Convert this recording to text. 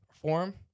form